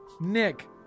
Nick